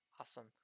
Awesome